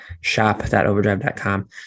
shop.overdrive.com